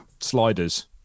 sliders